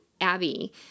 Abby